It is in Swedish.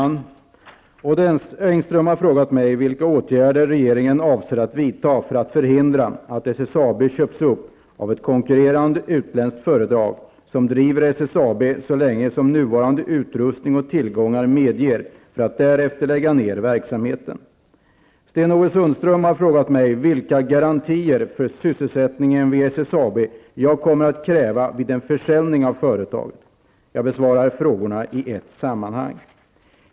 Fru talman! Odd Engström har frågat mig vilka åtgärder regeringen avser att vidta för att förhindra att SSAB köps upp av ett konkurrerande utländskt företag som driver SSAB så länge som nuvarande utrustning och tillgångar medger, för att därefter lägga ned verksamheten. Sten-Ove Sundström har frågat mig vilka garantier för sysselsättningen vid SSAB jag kommer att kräva vid en utförsäljning av företaget. Jag besvarar frågorna i ett sammanhang.